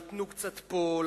נתנו קצת פה,